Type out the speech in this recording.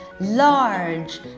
Large